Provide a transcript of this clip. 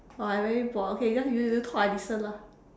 !wah! I very bored okay you just you you talk I listen lah